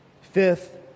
Fifth